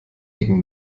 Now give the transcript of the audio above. gegen